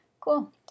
Cool